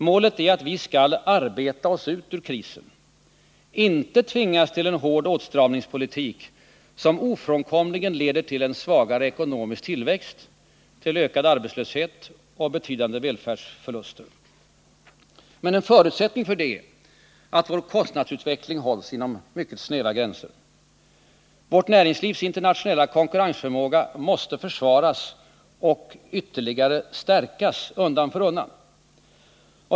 Målet är att vi skall ”arbeta oss ur krisen”, inte tvingas till en hård åtstramningspolitik som ofrånkomligen leder till en svagare ekonomisk tillväxt, ökad arbetslöshet och betydande välfärdsförluster. En förutsättning härför är att vår kostnadsutveckling hålls inom mycket snäva gränser. Det svenska näringslivets internationella konkurrensförmåga måste försvaras och ytterligare stärkas undan för undan.